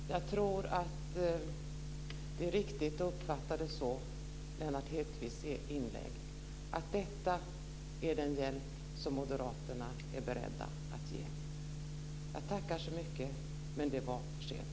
Fru talman! Jag tror att det är riktigt att uppfatta Lennart Hedquists inlägg så att detta är den hjälp som moderaterna är beredda att ge. Jag tackar så mycket, men det var för sent.